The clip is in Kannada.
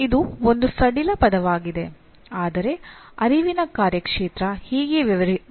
ಇದು ಒಂದು ಸಡಿಲ ಪದವಾಗಿದೆ ಆದರೆ ಅರಿವಿನ ಕಾರ್ಯಕ್ಷೇತ್ರ ಹೀಗೇ ವ್ಯವಹರಿಸುತ್ತದೆ